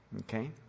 okay